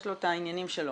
יש לו את העניין שלו.